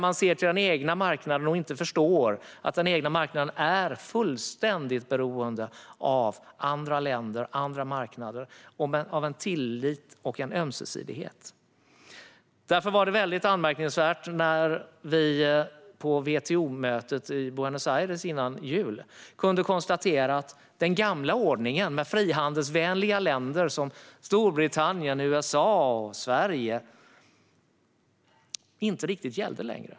Man ser till den egna marknaden och förstår inte att den egna marknaden är fullständigt beroende av andra länder och marknader och av tillit och ömsesidighet. Därför var det väldigt anmärkningsvärt när man på WTO-mötet i Buenos Aires före jul kunde konstatera att den gamla ordningen med frihandelsvänliga länder såsom Storbritannien, USA och Sverige inte riktigt gällde längre.